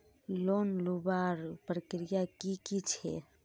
Loan लुबार प्रक्रिया की की छे?